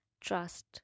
trust